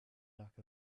lack